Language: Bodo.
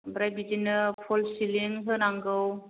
ओमफ्राय बिदिनो फ'ल्स सिलिं होनांगौ